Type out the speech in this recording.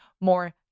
more